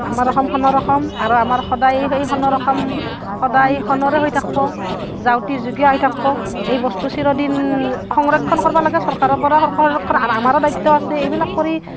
আমাৰ অসম সোণৰ অসম আৰু আমাৰ সদায় এই সেই সোণৰ অসম সদায় সোণৰেই হৈ থাকিব যাউতিযুগীয়া হৈ থাকিব এই বস্তু চিৰদিন সংৰক্ষণ কৰিব লাগে চৰকাৰৰ পৰা সংৰক্ষণ আৰু আমাৰো দায়িত্ব আছে এইবিলাক কৰি